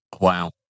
Wow